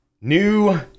New